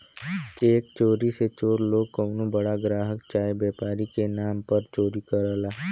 check चोरी मे चोर लोग कउनो बड़ा ग्राहक चाहे व्यापारी के नाम पर चोरी करला